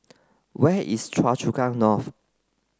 where is Choa Chu Kang North